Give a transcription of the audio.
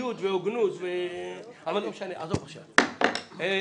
מי בעד